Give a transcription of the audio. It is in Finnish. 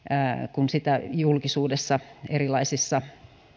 kun sitä julkisuudessa erilaisissa